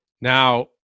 Now